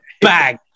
Bang